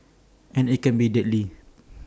and IT can be deadly